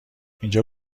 اینجا